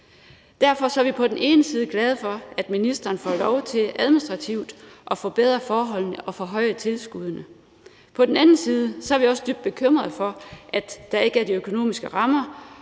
Derfor er vi på den ene side glade for, at ministeren får lov til administrativt at forbedre forholdene og forhøje tilskuddene; på den anden side er vi også dybt bekymrede for, at der ikke er de økonomiske rammer,